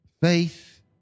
Faith